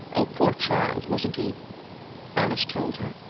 oh, poor child! wasn't he alice told her.